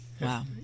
Wow